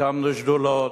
הקמנו שדולות,